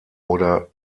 oder